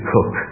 Cook